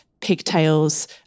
pigtails